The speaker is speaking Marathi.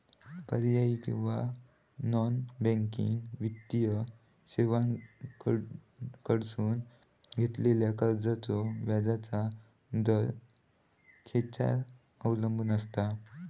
पर्यायी किंवा नॉन बँकिंग वित्तीय सेवांकडसून घेतलेल्या कर्जाचो व्याजाचा दर खेच्यार अवलंबून आसता?